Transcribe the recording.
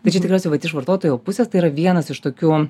tai čia tikriausiai vat iš vartotojo pusės tai yra vienas iš tokių